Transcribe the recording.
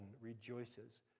rejoices